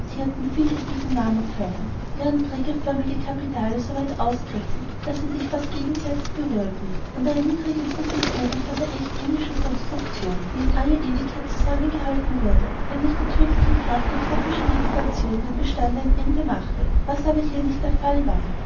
vieleckigen marmorpfeilern deren trägerförmige kapitale so weit ausgriffen daß sie sich fast gegenseitig berührten und eine niedrige kuppel trugen von der echt indischen konstruktion die in alle ewigkeit zusammenhalten würde wenn nicht die tödliche kraft der tropischen vegetation dem bestande ein ende machte was aber hier nicht der fall war